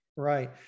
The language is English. Right